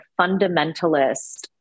fundamentalist